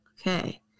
okay